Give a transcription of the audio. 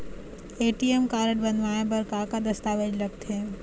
ATM card बनवाए बर का का दस्तावेज लगथे?